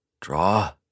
Draw